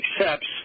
accepts